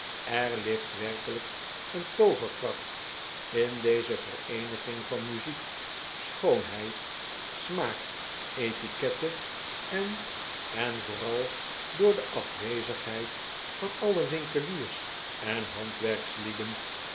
er iigt werkelijk een tooverkracht in deze vereeniging van muziek schoonheid smaak etiquette en en voorai door de afwezigheid van alle winkeliers en